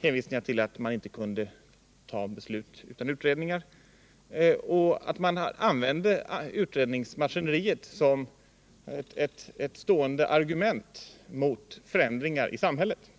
hänvisning till att man inte kunde fatta beslut utan utredningar. Man använde utredningsmaskineriet som ett stående argument mot förändringar i samhället.